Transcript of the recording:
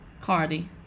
Cardi